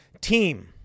Team